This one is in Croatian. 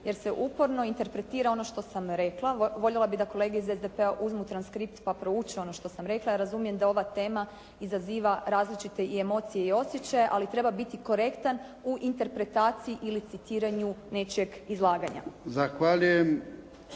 jer se uporno interpretira ono što sam rekla, voljela bih da kolege iz SDP-a uzmu transkript pa prouče ono što sam rekla. Ja razumijem da ova tema izaziva različite i emocije i osjećaje, ali treba biti korektan u interpretaciji ili citiranju nečijeg izlaganja.